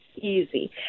easy